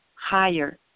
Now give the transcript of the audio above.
higher